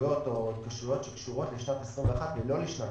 התחייבויות או התקשרויות שקשורות לשנת 2021 ולא לשנת